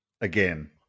again